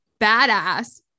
badass